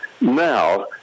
now